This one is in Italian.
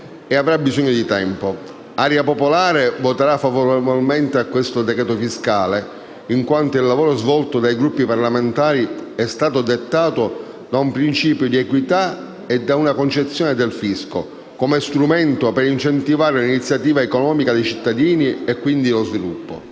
e anche di tempo. Area Popolare voterà favorevolmente al decreto-legge fiscale, in quanto il lavoro svolto dai Gruppi parlamentari è stato dettato da un principio di equità e da una concezione del fisco come strumento per incentivare l'iniziativa economica dei cittadini, e quindi lo sviluppo.